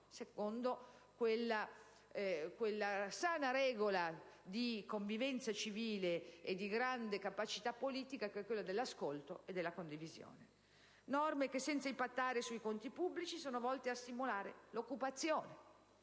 secondo la sana regola di convivenza civile e di grande capacità politica che è quella dell'ascolto e della condivisione. Si tratta di norme che, senza impattare sui conti pubblici, sono volte a stimolare l'occupazione